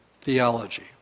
theology